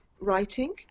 writing